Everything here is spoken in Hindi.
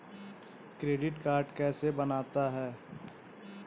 क्रेडिट कार्ड कैसे बनता है?